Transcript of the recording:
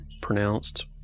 pronounced